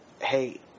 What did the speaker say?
hey